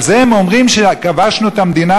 על זה הם אומרים שכבשנו את המדינה?